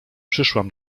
przyszłam